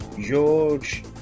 George